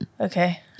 Okay